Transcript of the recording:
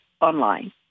online